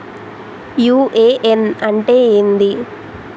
UAN అంటే ఏంది?